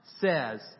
says